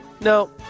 No